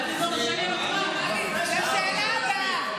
לשאלה הבאה.